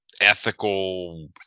ethical